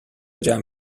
جمع